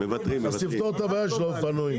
אז תפתור את הבעיה של האופנועים.